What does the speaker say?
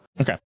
Okay